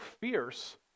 fierce